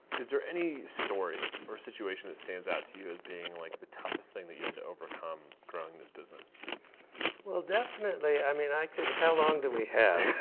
is there any story or situation that stands out to you as being like the toughest thing that you had to overcome growing this business? bob well definitely, i mean i could how long do we have?